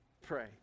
pray